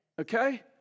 Okay